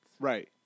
Right